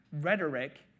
Rhetoric